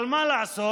אבל מה לעשות,